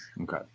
Okay